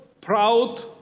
proud